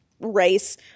race